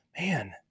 man